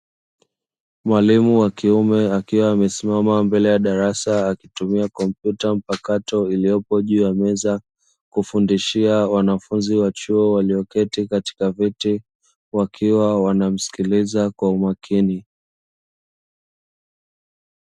Mwalimu wa kiume akiwa amesimama mbele ya darasa, akitumia kompyuta mpakato iliyopo juu ya meza, kufundishia wanafunzi wa chuo walioketi katika viti wakiwa wanamsikiliza kwa makini.